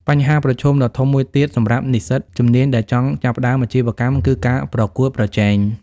បញ្ហាប្រឈមដ៏ធំមួយទៀតសម្រាប់និស្សិតជំនាញដែលចង់ចាប់ផ្តើមអាជីវកម្មគឺការប្រកួតប្រជែង។